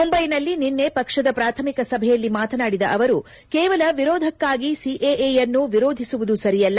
ಮುಂಬೈನಲ್ಲಿ ನಿನ್ನೆ ಪಕ್ಷದ ಪ್ರಾಥಮಿಕ ಸಭೆಯಲ್ಲಿ ಮಾತನಾಡಿದ ಅವರು ಕೇವಲ ವಿರೋಧಕ್ಕಾಗಿ ಸಿಎಎಯನ್ನು ವಿರೋಧಿಸುವುದು ಸರಿಯಲ್ಲ